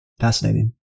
Fascinating